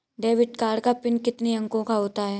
Debit card का PIN कितने अंकों का होता है?